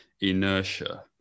inertia